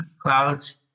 clouds